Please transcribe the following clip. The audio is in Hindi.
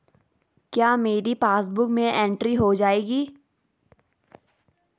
क्या मेरी पासबुक में एंट्री हो जाएगी?